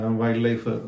wildlife